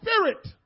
spirit